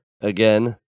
again